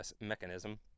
mechanism